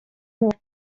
more